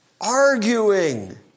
arguing